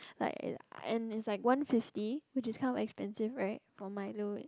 like it and it's like one fifty which is kind of expensive right for Milo